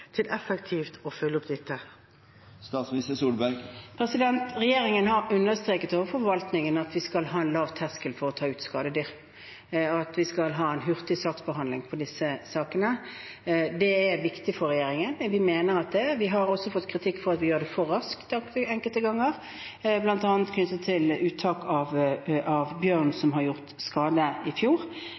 til effektivt å følge opp dette? Regjeringen har understreket overfor forvaltningen at vi skal ha en lav terskel for å ta ut skadedyr, og at vi skal ha en hurtig saksbehandling i disse sakene. Det er viktig for regjeringen. Vi mener det. Vi har også fått kritikk for at vi gjør det for raskt enkelte ganger, bl.a. knyttet til uttak av bjørn som gjorde skade i fjor.